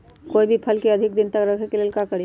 कोई भी फल के अधिक दिन तक रखे के ले ल का करी?